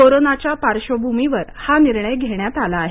कोरोनाच्या पार्श्वभूमीवर हा निर्णय घेण्यात आला आहे